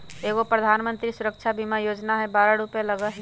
एगो प्रधानमंत्री सुरक्षा बीमा योजना है बारह रु लगहई?